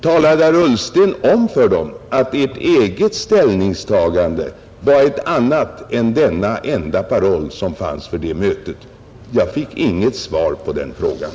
Talade Ni om för dem, herr Ullsten, att Ert eget ställningstagande var ett annat än denna paroll som fanns på det mötet? Jag fick inget svar på den frågan.